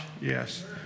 Yes